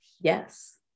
Yes